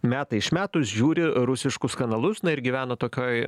metai iš metų žiūri rusiškus kanalus na ir gyvena tokioj